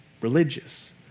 religious